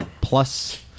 Plus